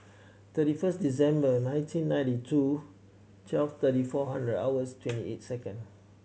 thirty first December nineteen ninety two twelve thirty four hundred hours twenty eight second